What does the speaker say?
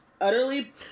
Utterly